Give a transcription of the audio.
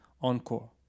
Encore